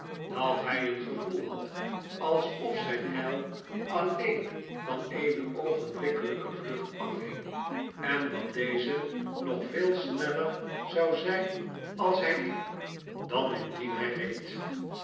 dat hy een gevoel had alsof jzyn heil alleen van eene oogenblikkelijke vlucht afhing en dat deze nog veel sneller zou eene aanranding bij nacht zijn als hij liep dan indien hij reed